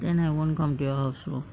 then I won't come to your house lor